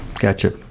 Gotcha